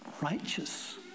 righteous